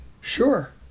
sure